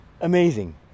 amazing